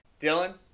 Dylan